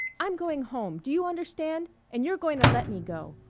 i'm going home, do you understand? and you're going to let me go!